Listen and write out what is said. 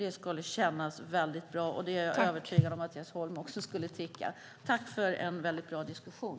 Det skulle kännas väldigt bra, och det är jag övertygad om att Jens Holm också skulle tycka. Tack för en väldigt bra diskussion!